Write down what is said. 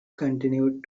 continued